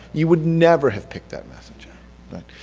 you would never have picked that message right?